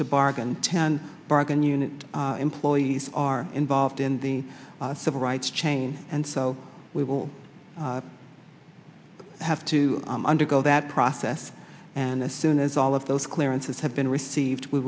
to bargain ten bargain unit employees are involved in the civil rights chain and so we will have to undergo that process and this soon as all of those clearances have been received we